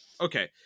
Okay